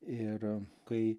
ir kai